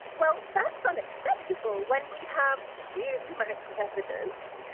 well, that's unacceptable when we have huge amounts of evidence,